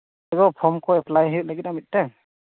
ᱮᱜᱳ ᱯᱷᱚᱨᱢᱠᱚ ᱮᱯᱞᱟᱭ ᱦᱩᱭᱩᱜ ᱞᱟᱹᱜᱤᱫ ᱢᱤᱫᱴᱟᱝ